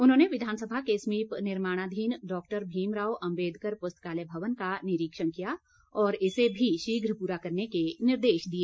उन्होंने विधानसभा के समीप निर्माणाधीन डॉक्टर भीमराव अम्बेदकर पुस्तकालय भवन का निरीक्षण किया और इसे भी शीघ्र पूरा करने के निर्देश दिए